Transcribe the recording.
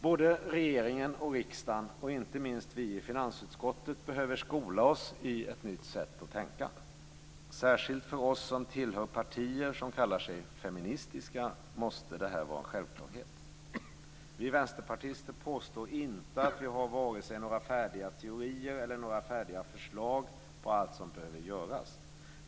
Både regeringen och riksdagen, och inte minst vi i finansutskottet, behöver skola oss i ett nytt sätt att tänka. Särskilt för oss som tillhör partier som kallar sig feministiska måste det vara en självklarhet. Vi västerpartister påstår inte att vi har vare sig några färdiga teorier eller några färdiga förslag på allt som behöver göras.